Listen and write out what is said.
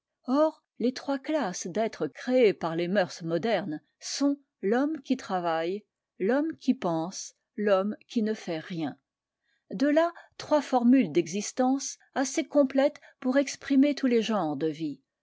or les trois classes d'êtres créés par les mœurs modernes sont l'homme qui travaille l'homme qui pense l'homme qui ne fait rien de là trois formules d'existence assez complètes pour exprimer tous les genres de vie